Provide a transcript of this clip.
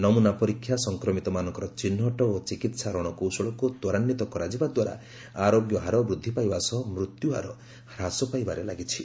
ନମୂନା ପରୀକ୍ଷା ସଂକ୍ରମିତମାନଙ୍କର ଚିହ୍ନଟ ଓ ଚିକିତ୍ସା ରଶକୌଶଳକୁ ତ୍ୱରାନ୍ଧିତ କରାଯିବା ଦ୍ୱାରା ଆରୋଗ୍ୟହାର ବୃଦ୍ଧି ପାଇବା ସହ ମୃତ୍ୟୁହାର ହ୍ରାସ ପାଇବାରେ ଲାଗିଛି